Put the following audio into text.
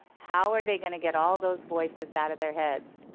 how are they going to get all those voices out of their heads.